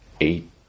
Eight